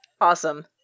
Awesome